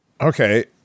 Okay